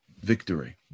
victory